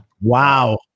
wow